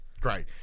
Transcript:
great